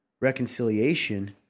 reconciliation